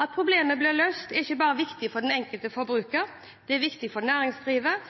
At problemet blir løst, er ikke bare viktig for den enkelte forbruker, det er også viktig for